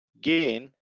gain